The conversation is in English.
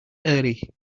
early